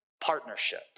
partnership